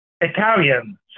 Italian